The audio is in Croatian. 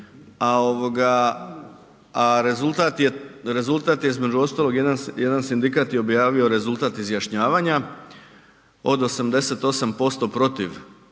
a rezultat je između ostalog jedan sindikat je objavio rezultat izjašnjavanja od 88% protiv